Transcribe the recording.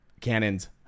Cannons